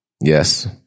Yes